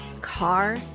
car